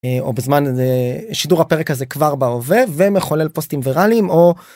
או בזמן שידור הפרק הזה כבר בהווה ומחולל פוסטים ויראלים או.